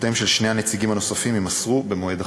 שמותיהם של שני הנציגים הנוספים יימסרו במועד אחר.